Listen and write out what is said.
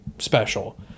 special